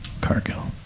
Cargill